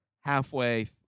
halfway